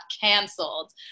canceled